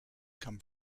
come